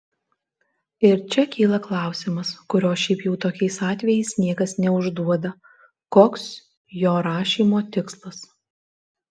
ir čia kyla klausimas kurio šiaip jau tokiais atvejais niekas neužduoda koks jo rašymo tikslas